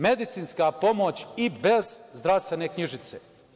Medicinska pomoć i bez zdravstvene knjižice.